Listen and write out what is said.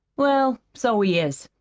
well, so he is.